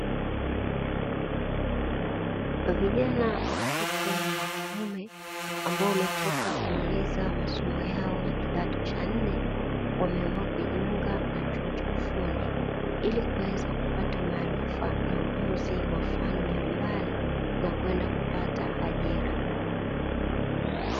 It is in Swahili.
Vijana wa kike na wa kiume ambao wametoka kumaliza masomo yao ya kidato cha nne, wameamua kujiunga na chuo cha ufundi ili kuweza kupata maarifa na ujuzi wa fani mbalimbali na kwenda kupata ajira.